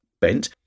bent